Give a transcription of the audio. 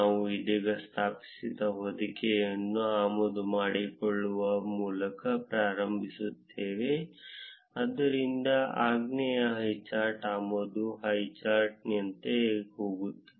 ನಾವು ಇದೀಗ ಸ್ಥಾಪಿಸಿದ ಹೊದಿಕೆಯನ್ನು ಆಮದು ಮಾಡಿಕೊಳ್ಳುವ ಮೂಲಕ ಪ್ರಾರಂಭಿಸುತ್ತೇವೆ ಆದ್ದರಿಂದ ಆಜ್ಞೆಯು ಹೈಚಾರ್ಟ್ ಆಮದು ಹೈಚಾರ್ಟ್ನಂತೆ ಹೋಗುತ್ತದೆ